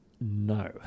no